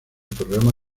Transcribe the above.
programa